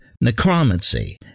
necromancy